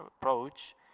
approach